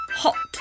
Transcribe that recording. hot